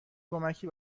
کمکی